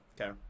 Okay